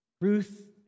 Ruth